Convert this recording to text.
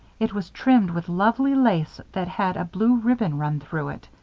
it was trimmed with lovely lace that had a blue ribbon run through it.